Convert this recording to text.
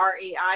REI